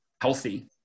healthy